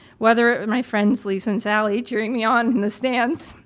whether my friends lisa and sally cheering me on in the stands.